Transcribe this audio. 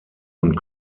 und